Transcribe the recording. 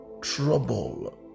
trouble